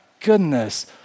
goodness